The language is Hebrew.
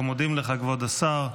אנחנו מודים לך, כבוד השר.